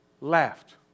laughed